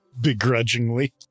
begrudgingly